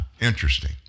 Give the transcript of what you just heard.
Interesting